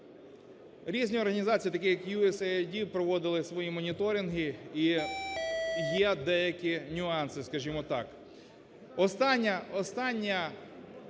Різні організації, такі як USAID, проводили свої моніторинги і є деякі нюанси, скажімо так. Останній